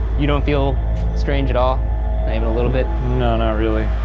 you don't feel strange at all? not even a little bit? no, not really.